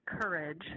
courage